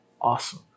awesome